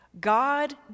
God